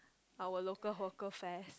our local hawker fare